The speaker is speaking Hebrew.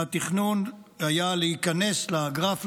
והתכנון היה להיכנס לגרף,